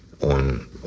on